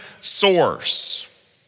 source